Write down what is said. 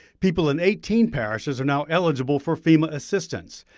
people in eighteen parishes are now eligible for fema assistance.